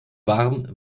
warm